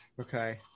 okay